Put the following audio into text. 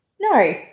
No